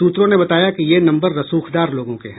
सूत्रों ने बताया कि ये नम्बर रसूखदार लोगों के हैं